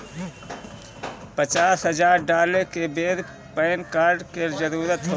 पचास हजार डाले के बेर पैन कार्ड के जरूरत होला का?